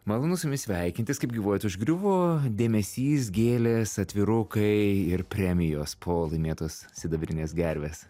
malonu su jumis sveikintis kaip gyvuojat užgriuvo dėmesys gėlės atvirukai ir premijos po laimėtos sidabrinės gervės